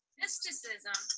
mysticism